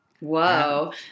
Whoa